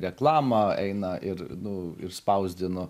reklama eina ir nu ir spausdinu